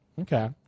Okay